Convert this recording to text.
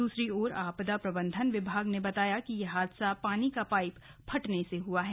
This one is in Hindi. दूसरी ओर आपदा प्रबंधन विभाग ने बताया कि यह हादसा पानी का पाइप फटने से हुआ है